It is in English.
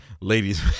Ladies